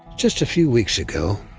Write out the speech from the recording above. just a few weeks ago,